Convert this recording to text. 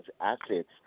assets